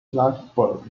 salzburg